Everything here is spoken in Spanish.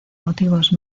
motivos